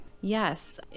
Yes